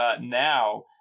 now